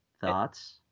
Thoughts